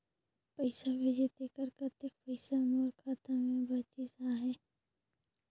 पइसा भेजे तेकर कतेक पइसा मोर खाता मे बाचिस आहाय?